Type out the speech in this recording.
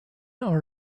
are